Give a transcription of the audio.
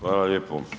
Hvala lijepo.